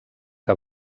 que